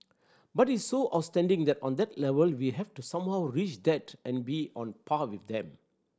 but it is so outstanding that on that level we have to somehow reach that and be on par with them